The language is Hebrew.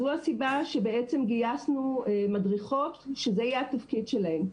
זו הסיבה שבעצם גייסנו מדריכות שזה יהיה התפקיד שלהן.